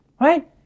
right